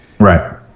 Right